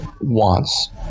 wants